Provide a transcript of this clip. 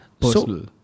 personal